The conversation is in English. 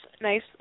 nice